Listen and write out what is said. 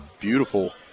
beautiful